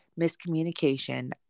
miscommunication